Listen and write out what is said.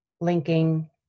linking